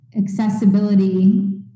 accessibility